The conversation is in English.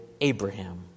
Abraham